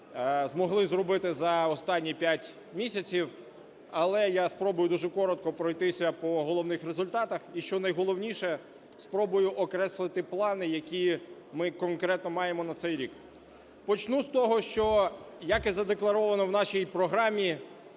змогли зробити за останні п'ять місяців. Але я спробую дуже коротко пройтися по головних результатах і, що найголовніше, спробую окреслити плани, які ми конкретно маємо на цей рік. Почну з того, що, як і задекларовано в нашій програмі,